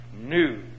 new